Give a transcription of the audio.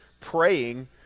praying